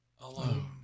alone